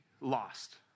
lost